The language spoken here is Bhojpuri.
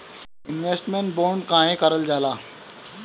इन्वेस्टमेंट बोंड काहे कारल जाला?